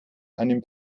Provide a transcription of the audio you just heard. einen